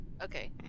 Okay